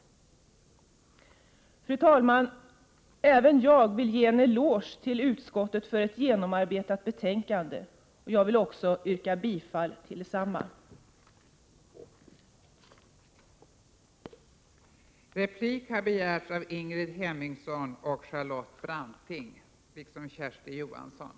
Fru talman! Även jag vill ge en eloge till utskottet för ett genomarbetat betänkande. Jag vill också yrka bifall till hemställan i detsamma.